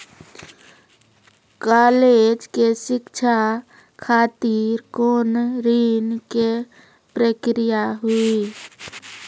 College के शिक्षा खातिर कौन ऋण के प्रक्रिया हुई?